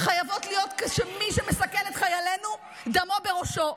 חייבות להיות שמי שמסכן את חיילינו דמו בראשו.